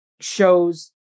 shows